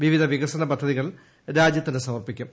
വിവിധ വികസന പദ്ധതികൾ രാജ്യത്തിന് സമർപ്പിക്കും